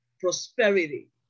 prosperity